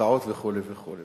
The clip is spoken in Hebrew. הפקעות וכו' וכו',